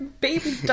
baby